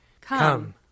Come